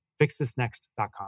FixThisNext.com